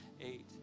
eight